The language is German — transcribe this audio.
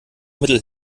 mittel